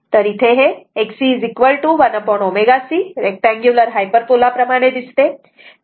तर इथे हे XC1ω C रेक्टांगुलार हायपरबोला प्रमाणे दिसते